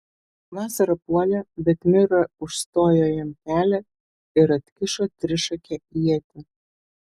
vasara puolė bet mira užstojo jam kelią ir atkišo trišakę ietį